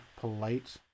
polite